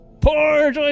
Poor